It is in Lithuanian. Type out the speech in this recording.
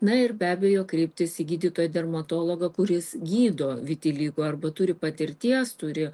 na ir be abejo kreiptis į gydytoją dermatologą kuris gydo vitiligo arba turi patirties turi